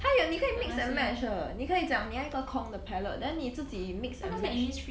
!aiyo! 你可以 mix and match 的你可以讲你还有个空的 palette then 你自己 mix and match